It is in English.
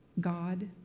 God